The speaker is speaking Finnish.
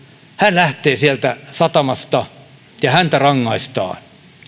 lähtee sieltä satamasta ja häntä rangaistaan